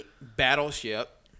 Battleship